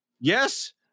Yes